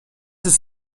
ist